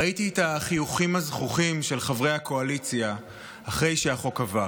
ראיתי את החיוכים הזחוחים של חברי הקואליציה אחרי שהחוק עבר,